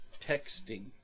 texting